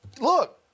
look